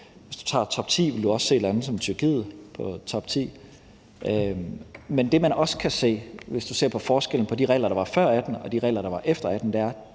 Hvis du tager top ti, vil du også se lande som Tyrkiet. Men det, man også kan se, hvis man ser på forskellen på de regler, der var før 2018, og de regler, der kom efter 2018, er,